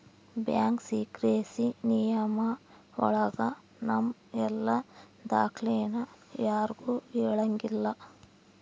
bank secrecy ನಿಯಮ ಒಳಗ ನಮ್ ಎಲ್ಲ ದಾಖ್ಲೆನ ಯಾರ್ಗೂ ಹೇಳಂಗಿಲ್ಲ